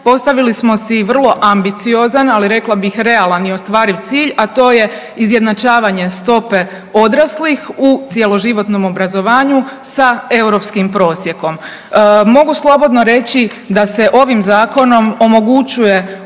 postavili smo si vrlo ambiciozan, ali rekla bih realan i ostvariv cilj a to je izjednačavanje stope odraslih u cjeloživotnom obrazovanju sa europskim prosjekom. Mogu slobodno reći da se ovim zakonom omogućuje